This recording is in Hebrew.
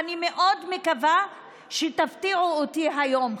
ואני מאוד מקווה שתפתיעו אותי היום,